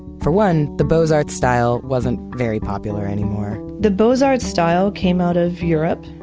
for one, the beaux-art style wasn't very popular anymore. the beaux-art style came out of europe,